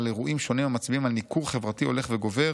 אירועים שונים המצביעים על ניכור חברתי הולך וגובר,